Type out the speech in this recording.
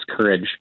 courage